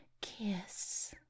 kiss